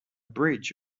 bridge